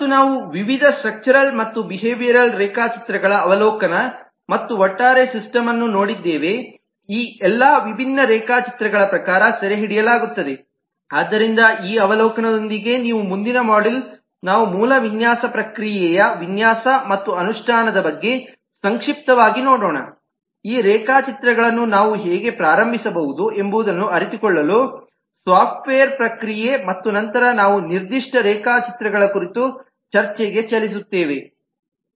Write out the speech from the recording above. ಮತ್ತು ನಾವು ವಿವಿಧ ಸ್ಟ್ರಕ್ಚರ್ ಮತ್ತು ಬಿಹೇವಿಯರಲ್ ರೇಖಾ ಚಿತ್ರಗಳ ಅವಲೋಕನ ಮತ್ತು ಒಟ್ಟಾರೆ ಸಿಸ್ಟಮ್ನ್ನು ನೋಡಿದ್ದೇವೆ ಈ ಎಲ್ಲಾ ವಿಭಿನ್ನ ರೇಖಾಚಿತ್ರಗಳ ಪ್ರಕಾರ ಸೆರೆಹಿಡಿಯಲಾಗುತ್ತದೆ ಆದ್ದರಿಂದ ಈ ಅವಲೋಕನದೊಂದಿಗೆ ನೀವು ಮುಂದಿನ ಮಾಡ್ಯೂಲ್ ನಾವು ಮೂಲ ವಿನ್ಯಾಸ ಪ್ರಕ್ರಿಯೆಯ ವಿನ್ಯಾಸ ಮತ್ತು ಅನುಷ್ಠಾನದ ಬಗ್ಗೆ ಸಂಕ್ಷಿಪ್ತವಾಗಿ ನೋಡೋಣ ಈ ರೇಖಾಚಿತ್ರಗಳನ್ನು ನಾವು ಹೇಗೆ ಪ್ರಾರಂಭಿ ಸಬಹುದು ಎಂಬುದನ್ನು ಅರಿತುಕೊಳ್ಳಲು ಸಾಫ್ಟ್ವೇರ್ ಪ್ರಕ್ರಿಯೆ ಮತ್ತು ನಂತರ ನಾವು ನಿರ್ದಿಷ್ಟ ರೇಖಾಚಿತ್ರಗಳ ಕುರಿತು ಚರ್ಚೆಗೆ ಚಲಿಸುತ್ತೇವೆ